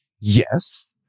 Yes